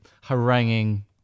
haranguing